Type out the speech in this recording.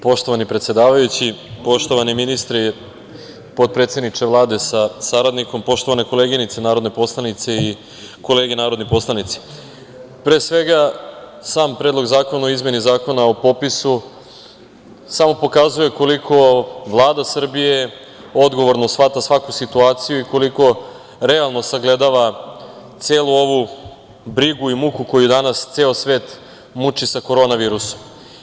Poštovani predsedavajući, poštovani ministri, potpredsedniče Vlade sa saradnikom, poštovane koleginice narodne poslanice i kolege narodni poslanici, pre svega sam Predlog zakona o izmeni Zakona o popisu samo pokazuje koliko Vlada Srbije odgovorno shvata svaku situaciju i koliko realno sagledava celu ovu brigu i muku koju danas ceo svet muči sa korona virusom.